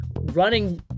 running